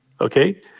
okay